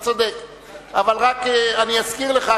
רק אני אזכיר לך,